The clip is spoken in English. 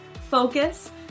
focus